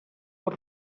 pot